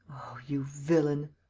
you villain.